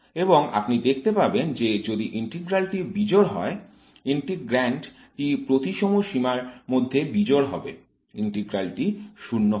এবং আপনি দেখতে পাবেন যে যদি ইন্টিগ্রাল টি বিজোড় হয় ইন্টিগ্র্যান্ড টি প্রতিসম সীমার মধ্যে বিজোড় হবে ইন্টিগ্রাল টি 0 হবে